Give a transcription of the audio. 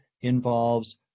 involves